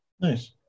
Nice